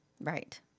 Right